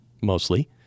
Mostly